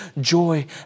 joy